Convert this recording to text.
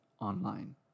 online